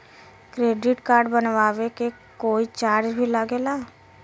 Credit card बनवावे के कोई चार्ज भी लागेला?